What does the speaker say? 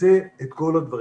נעשה את כל הדברים.